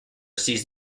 sees